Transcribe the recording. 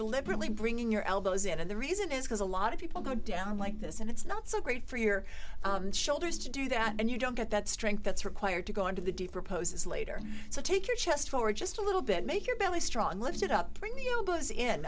deliberately bringing your elbows in and the reason is because a lot of people go down like this and it's not so great for your shoulders to do that and you don't get that strength that's required to go into the deeper poses later so take your chest forward just a little bit make your belly strong lift it up